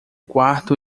quarto